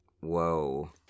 Whoa